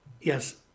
Yes